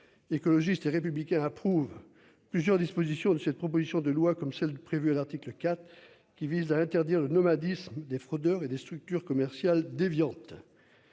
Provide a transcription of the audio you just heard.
écologiste et républicain approuve. Plusieurs dispositions de cette proposition de loi comme celle prévue à l'article 4 qui vise à interdire le nomadisme des fraudeurs et des structures commerciales déviantes.